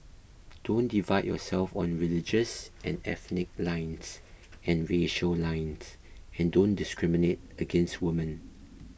don't divide yourself on religious and ethnic lines and racial lines and don't discriminate against women